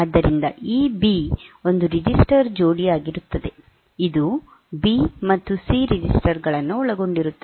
ಆದ್ದರಿಂದ ಈ ಬಿ ಒಂದು ರಿಜಿಸ್ಟರ್ ಜೋಡಿಯಾಗಿರುತ್ತದೆ ಇದು ಬಿ ಮತ್ತು ಸಿ ರೆಜಿಸ್ಟರ್ ಗಳನ್ನು ಒಳಗೊಂಡಿರುತ್ತದೆ